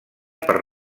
per